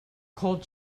cold